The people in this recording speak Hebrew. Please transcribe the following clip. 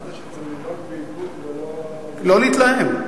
אמרת שצריך לנהוג באיפוק ולא, לא להתלהם.